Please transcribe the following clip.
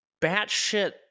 batshit